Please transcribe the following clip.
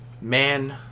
Man-